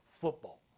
football